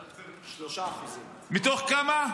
3%. מתוך כמה?